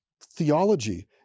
theology